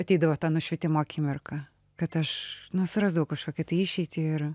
ateidavo ta nušvitimo akimirka kad aš surasdavau kažkokią tai išeitį ir